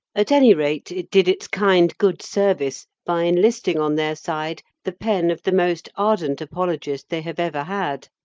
at any rate, it did its kind good service by enlisting on their side the pen of the most ardent apologist they have ever had.